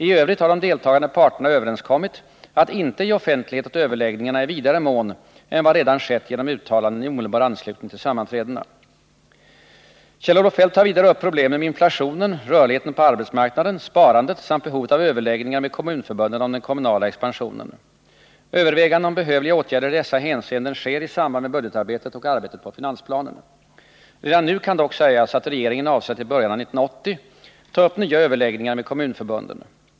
I övrigt har de deltagande parterna överenskommit att inte ge offentlighet åt överläggningarna i vidare mån än vad redan skett genom Kjell-Olof Feldt tar vidare upp problemen med inflationen, rörligheten på Tisdagen den arbetsmarknaden, sparandet samt behovet av överläggningar med kommun 27 november 1979 förbunden om den kommunala expansionen. Överväganden om behövliga åtgärder i dessa hänseenden sker i samband med budgetarbetet och arbetet på finansplanen. Redan nu kan dock sägas att regeringen avser att i början av 1980 ta upp nya överläggningar med kommunförbunden.